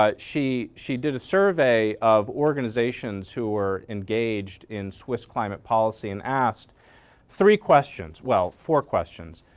ah she she did a survey of organizations who were engaged in swiss climate policy and asked three questions, well four questions.